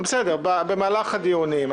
במהלך הדיונים.